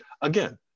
Again